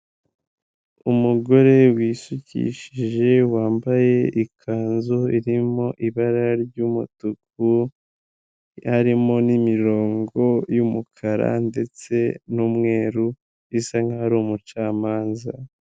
Umugore wisukishije wambaye ikanzu irimo ibara ry'umutuku harimo n'imirongo yumukara ndetse n'umweru bisa nk'aho ari umucamanza.